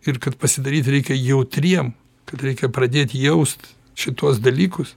ir kad pasidaryt reikia jautriem kad reikia pradėt jaust šituos dalykus